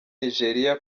nigeria